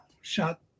shot